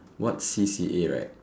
what C_C_A right